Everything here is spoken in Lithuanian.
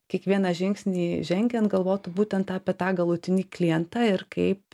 kiekvieną žingsnį žengiant galvotų būtent apie tą galutinį klientą ir kaip